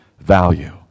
value